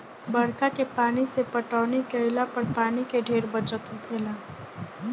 बरखा के पानी से पटौनी केइला पर पानी के ढेरे बचत होखेला